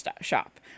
shop